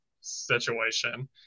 situation